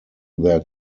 their